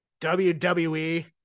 WWE